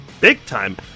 big-time